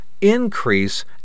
increase